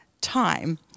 time